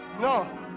No